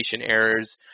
errors